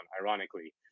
ironically